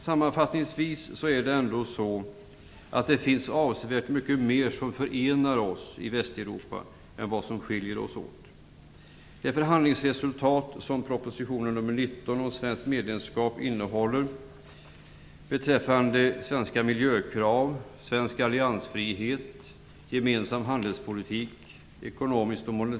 Sammanfattningsvis: Det finns avsevärt mycket mer som förenar oss i Västeuropa än vad som skiljer oss åt.